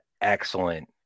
excellent